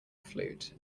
flute